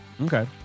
Okay